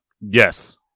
Yes